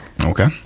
okay